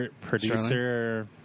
Producer